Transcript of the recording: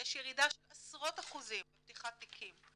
שיש ירידה של עשרות אחוזים בפתיחת תיקים,